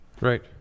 Right